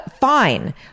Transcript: fine